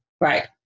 right